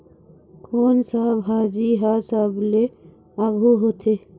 कोन सा भाजी हा सबले आघु होथे?